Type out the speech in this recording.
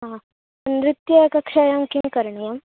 हा नृत्यकक्षायां किं करणीयम्